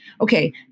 okay